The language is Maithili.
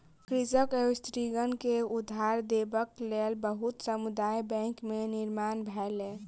कृषक एवं स्त्रीगण के उधार देबक लेल बहुत समुदाय बैंक के निर्माण भेलै